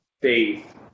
faith